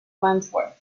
wandsworth